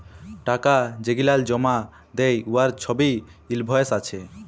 টাকা যেগলাল জমা দ্যায় উয়ার ছবই ইলভয়েস আছে